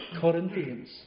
Corinthians